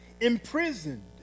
imprisoned